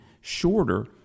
shorter